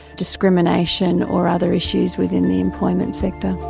discrimination or other issues within the employment sector.